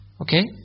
Okay